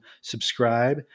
subscribe